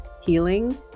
healing